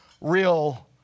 real